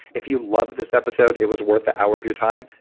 if you loved this episode, it was worth the hour of your time,